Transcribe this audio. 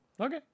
Okay